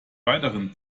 weiteren